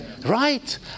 Right